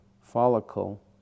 follicle